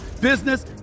business